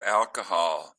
alcohol